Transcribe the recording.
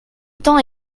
temps